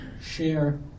share